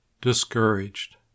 discouraged